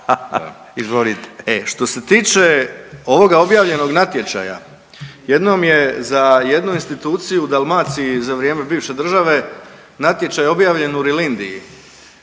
Što se tiče ovoga objavljenog natječaja jednom je za jednu instituciju u Dalmaciji za vrijeme bivše države natječaj objavljen u Rilindji,